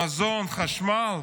מזון, חשמל?